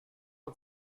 not